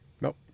Nope